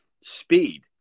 speed